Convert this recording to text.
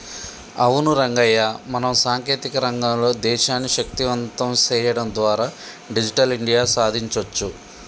అవును రంగయ్య మనం సాంకేతిక రంగంలో దేశాన్ని శక్తివంతం సేయడం ద్వారా డిజిటల్ ఇండియా సాదించొచ్చు